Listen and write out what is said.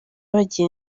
bagira